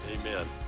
Amen